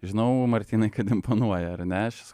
žinau martynai kad imponuoja ar ne šis